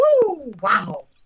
wow